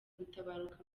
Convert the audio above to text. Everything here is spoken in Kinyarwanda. gutabaruka